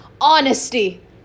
Honesty